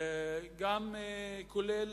כולל,